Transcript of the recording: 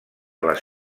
les